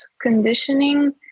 conditioning